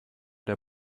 der